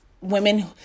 women